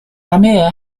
amir